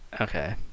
okay